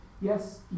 Yes